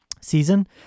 season